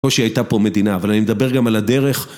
כמו שהייתה פה מדינה, אבל אני מדבר גם על הדרך